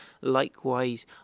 Likewise